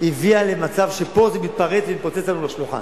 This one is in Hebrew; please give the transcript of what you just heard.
הביאה למצב שפה זה מתפרץ ומתפוצץ לנו על השולחן.